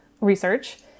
research